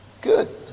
Good